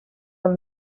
will